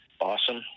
Awesome